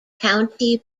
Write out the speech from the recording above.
county